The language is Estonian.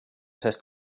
sest